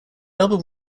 album